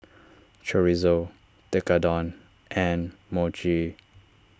Chorizo Tekkadon and Mochi